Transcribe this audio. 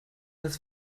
das